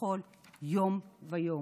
בכל יום ויום.